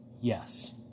Yes